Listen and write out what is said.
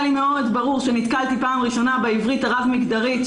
היה לי מאוד ברור וכשנתקלתי פעם ראשונה בעברית הרב-מגדרית,